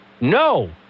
No